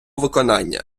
виконання